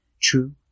True